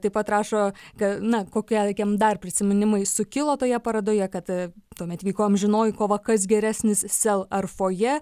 taip pat rašo kad na kokie jam dar prisiminimai sukilo toje parodoje kad tuomet vyko amžinoji kova kas geresnis sel ar fojė